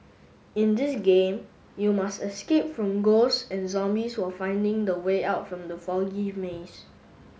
in this game you must escape from ghosts and zombies while finding the way out from the foggy maze